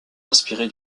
inspiré